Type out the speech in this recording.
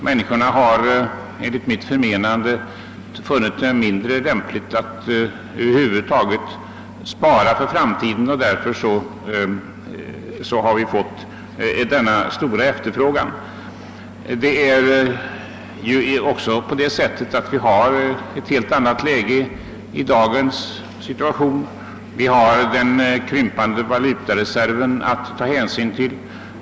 Människorna har enligt mitt förmenande funnit det mindre lämpligt att över huvud taget spara för framtiden, och därför har denna stora efterfrågan uppstått. Det förhåller sig också så, att vi har ett helt annat läge i dag, med den krympande valutareserven som vi nu måste ta hänsyn till.